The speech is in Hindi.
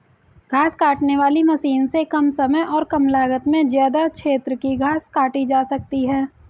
घास काटने वाली मशीन से कम समय और कम लागत में ज्यदा क्षेत्र की घास काटी जा सकती है